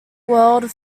world